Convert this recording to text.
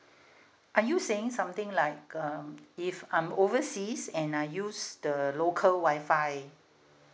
are you saying something like um if I'm overseas and I use the local wi-fi